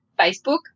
facebook